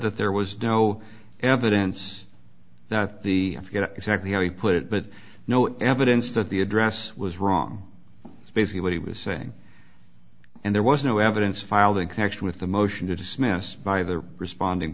that there was no evidence that the you know exactly how he put it but no evidence that the address was wrong that's basically what he was saying and there was no evidence filed in connection with the motion to dismiss by the responding